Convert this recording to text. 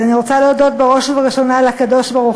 אז אני רוצה להודות בראש ובראשונה לקדוש-ברוך-הוא,